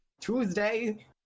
Tuesday